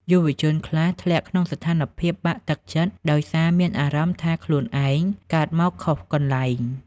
យុវជនខ្លះធ្លាក់ក្នុងស្ថានភាពបាក់ទឹកចិត្ត ដោយសារមានអារម្មណ៍ថាខ្លួនឯង "កើតមកខុសកន្លែង"។